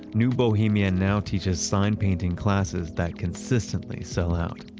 new bohemia now teaches sign painting classes that consistently sell out.